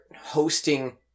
hosting